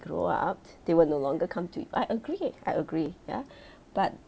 grow up they will no longer come to you I agree I agree ya but